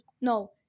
No